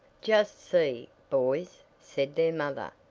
just see, boys, said their mother,